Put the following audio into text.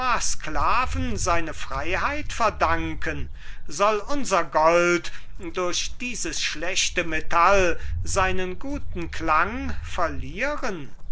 sklaven seine freiheit verdanken soll unser gold durch dieses schlechte metall seinen guten klang verlieren